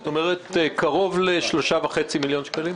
זאת אומרת, קרוב ל-3.5 מיליון שקלים.